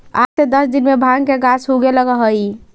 आठ से दस दिन में भाँग के गाछ उगे लगऽ हइ